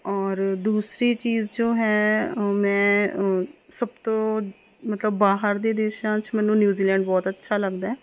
ਔਰ ਦੂਸਰੀ ਚੀਜ਼ ਜੋ ਹੈ ਮੈਂ ਸਭ ਤੋਂ ਮਤਲਬ ਬਾਹਰ ਦੇ ਦੇਸ਼ਾਂ 'ਚ ਮੈਨੂੰ ਨਿਊਜ਼ੀਲੈਂਡ ਬਹੁਤ ਅੱਛਾ ਲੱਗਦਾ